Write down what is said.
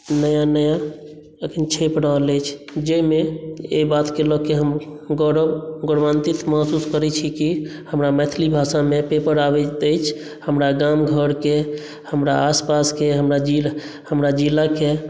नया नया अखन छपि रहल अछि जाहिमे एहि बातके लऽ के हम गौरव गौरवान्वित महसूस करैत छी कि हमरा मैथिली भाषामे पेपर अबैत अछि हमरा गाम घरके हमरा आसपासके हमरा जिल हमरा जिलाके